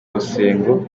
rusengo